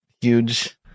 huge